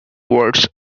words